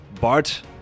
Bart